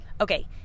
Okay